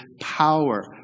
power